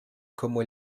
como